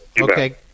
okay